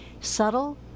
Subtle